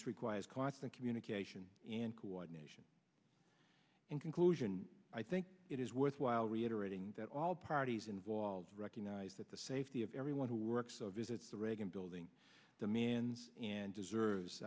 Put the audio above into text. this requires constant communication and coordination and conclusion i think it is worthwhile reiterating that all parties involved recognize that the safety of everyone who works so visits the reagan building demands and deserves